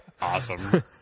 awesome